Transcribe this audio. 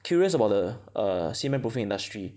curious about the err cement proofing industry